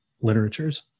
literatures